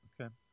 Okay